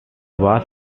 was